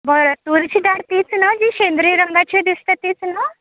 बरं तुरीची डाळ तीच ना जी शेंदरी रंगाची दिसते तीच ना